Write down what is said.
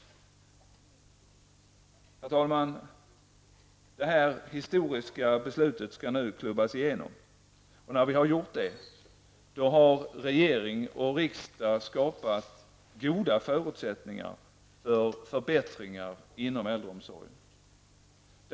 Herr talman! Detta historiska beslut skall nu klubbas igenom. När vi har gjort det har regering och riksdag skapat goda förutsättningar för förbättringar inom äldreomsorgen.